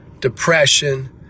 depression